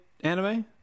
anime